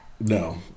No